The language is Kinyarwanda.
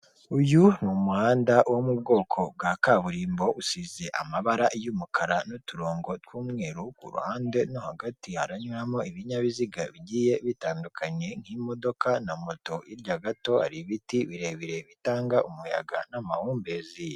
Uyu umuhanda wo mu bwoko bwa kaburimbo usize amabara y'umukara n'uturongo tw'umweru kuruhande no hagati haranyumo ibinyabiziga bigiye bitandukanye nk'imodoka na moto hirya gato hari ibiti birebire bitanga umuyaga n'amahumbezi.